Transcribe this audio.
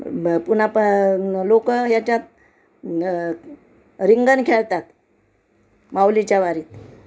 पुन्हा प लोकं याच्यात रिंगण खेळतात माऊलीच्या वारीत